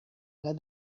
let